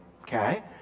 Okay